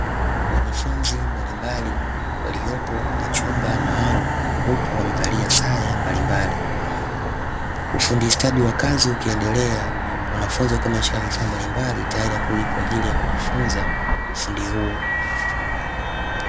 Wanafunzi mbalimbali waliopo kwenye chumba maalumu huku wamevalia sare mbalimbali, ufundi stadi wa kazi ukiendelea qanafunzi wakiwa wameshika vifaa mbalimbali tayari kwa ajili ya kujifunza ufundi huu.